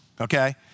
okay